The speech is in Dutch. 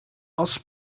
als